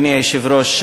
אדוני היושב-ראש,